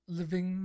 living